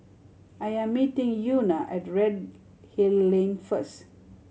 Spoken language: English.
I am meeting Euna at Redhill Lane first